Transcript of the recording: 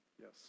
Yes